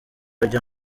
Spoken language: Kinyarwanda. ajya